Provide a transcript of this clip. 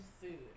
food